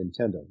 Nintendo